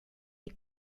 les